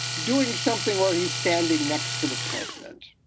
doing something where he's standing next to the president